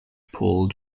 paul